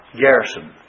Garrison